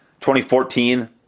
2014